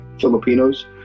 Filipinos